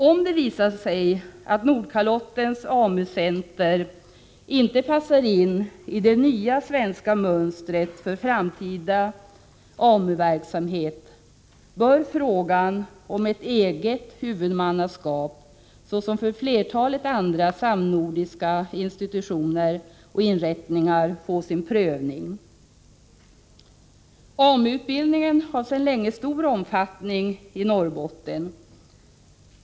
Om det visar sig att Nordkalottens AMU-center inte passar in i det nya svenska mönstret för framtida AMU-verksamhet, bör frågan om eget huvudmannaskap, såsom för flertalet andra samnordiska institutioner och inrättningar, få sin prövning. AMU-utbildningen har sedan länge stor omfattning i Norrbotten.